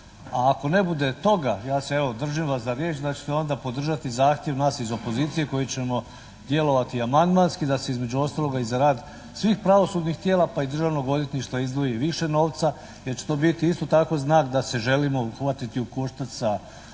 a ako ne bude toga ja sa evo držim vas za riječ da ćete onda podržati zahtjev nas iz opozicije koji ćemo djelovati amandmanski da se između ostaloga i za rad svih pravosudnih tijela pa i Državnog odvjetništva izdvoji više novca jer će to biti isto tako znak da se želimo uhvatiti u koštac